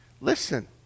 Listen